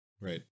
Right